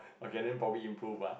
okay then probably improve ah